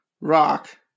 rock